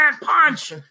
Punch